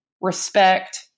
respect